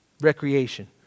Recreation